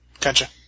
Gotcha